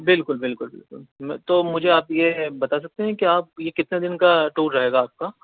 بالکل بالکل بالکل تو مجھے آپ یہ بتا سکتے ہیں کہ آپ یہ کتنے دن کا ٹور رہے گا آپ کا